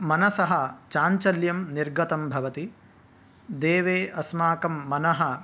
मनसः चाञ्चल्यं निर्गतं भवति देवे अस्माकं मनः